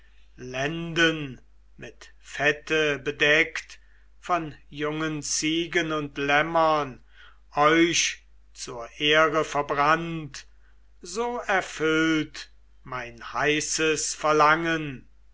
lenden mit fette bedeckt von jungen ziegen und lämmern euch zur ehre verbrannt so erfüllt mein heißes verlangen